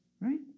Right